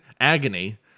agony